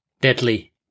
deadly